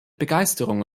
begeisterung